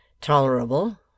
Tolerable